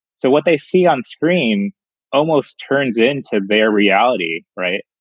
so what they see on screen almost turns into bare reality. right.